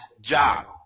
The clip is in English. job